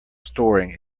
storing